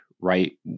right